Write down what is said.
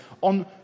on